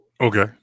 okay